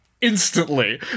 instantly